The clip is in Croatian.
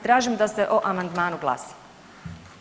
Tražim da se o amandmanu glasa.